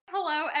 Hello